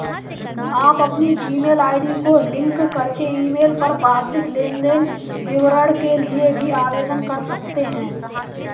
आप अपनी Gmail ID को लिंक करके ईमेल पर वार्षिक लेन देन विवरण के लिए भी आवेदन कर सकते हैं